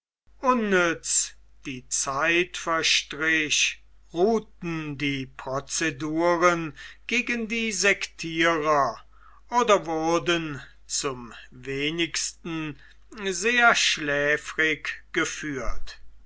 die zeit verstrich ruhten die prozeduren gegen die sektierer oder wurden zum wenigsten sehr schläfrig geführt